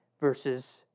Versus